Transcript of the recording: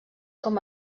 com